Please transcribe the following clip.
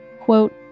quote